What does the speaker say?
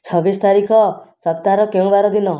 ଛବିଶ ତାରିଖ ସପ୍ତାହର କେଉଁ ବାର ଦିନ